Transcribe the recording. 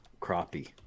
crappie